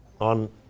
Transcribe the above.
on